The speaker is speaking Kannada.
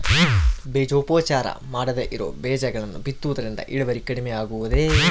ಬೇಜೋಪಚಾರ ಮಾಡದೇ ಇರೋ ಬೇಜಗಳನ್ನು ಬಿತ್ತುವುದರಿಂದ ಇಳುವರಿ ಕಡಿಮೆ ಆಗುವುದೇ?